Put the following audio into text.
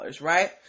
right